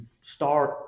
start